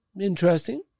interesting